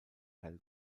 hell